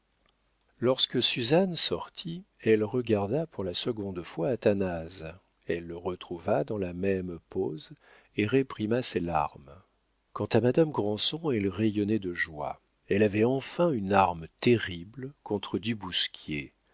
lorsque suzanne sortit elle regarda pour la seconde fois athanase elle le retrouva dans la même pose et réprima ses larmes quant à madame granson elle rayonnait de joie elle avait enfin une arme terrible contre du bousquier